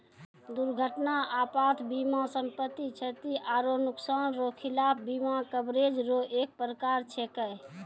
दुर्घटना आपात बीमा सम्पति, क्षति आरो नुकसान रो खिलाफ बीमा कवरेज रो एक परकार छैकै